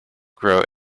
grow